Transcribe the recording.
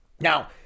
Now